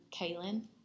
Kaylin